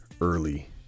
early